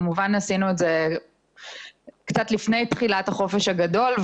כמובן עשינו את זה קצת לפני תחילת החופש הגדול,